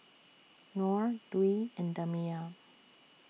Nor Dwi and Damia